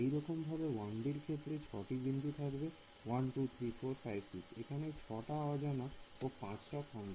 একইরকম ভাবে 1 D র ক্ষেত্রে 6 টি বিন্দু থাকবে 1 2 3 4 5 6 এখানে 6 টা অজানা ও 5 টা খন্ড